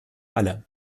alle